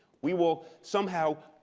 we will, somehow,